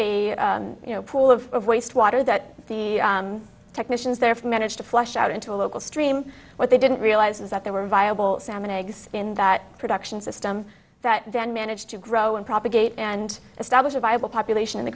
a pool of waste water that the technicians there for managed to flush out into a local stream what they didn't realise is that there were viable salmon eggs in that production system that then managed to grow and propagate and establish a viable population in the